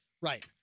Right